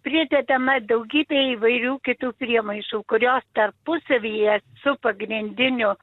pridedama daugybę įvairių kitų priemaišų kurios tarpusavyje su pagrindiniu